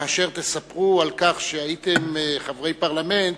כאשר תספרו על כך שהייתם חברי הפרלמנט,